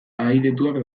ahaidetuak